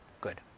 Good